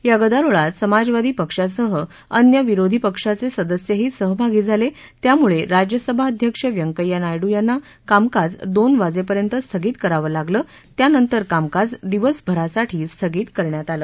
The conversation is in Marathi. या गदारोळात समाजवादी पक्षासह अन्य विरोधी पक्षाचे सदस्यही सहभागी झाले त्यामुळे राज्यसभा अध्यक्ष व्यंकय्या नायडू यांना कामकाज दोन वाजेपर्यंत स्थगित करावं लागलं त्यानंतर कामकाज दिवसभरासाठी स्थगित करण्यात आलं